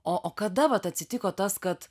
o o kada vat atsitiko tas kad